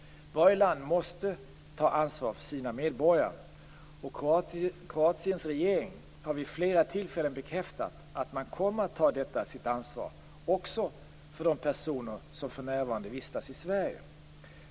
Varje land måste ta ansvar för sina medborgare. Kroatiens regering har vid flera tillfällen bekräftat att man kommer att ta detta sitt ansvar också för de personer som för närvarande vistas i Sverige.